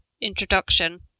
introduction